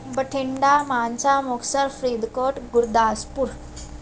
Bathinda Mansa Muktsar Faridkot Gurdaspur